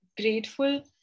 grateful